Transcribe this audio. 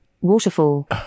waterfall